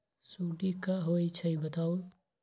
सुडी क होई छई बताई?